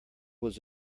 was